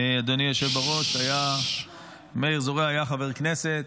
אדוני היושב בראש, מאיר זורע היה חבר כנסת,